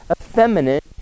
effeminate